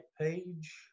page